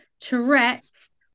Tourette's